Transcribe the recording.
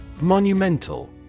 Monumental